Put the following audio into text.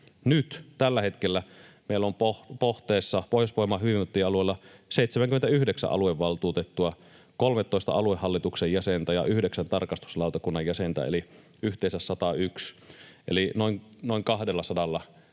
Nyt tällä hetkellä meillä on Pohteessa, Pohjois-Pohjanmaan hyvinvointialueella, 79 aluevaltuutettua, 13 aluehallituksen jäsentä ja 9 tarkastuslautakunnan jäsentä, eli yhteensä 101. Eli noin 200:lla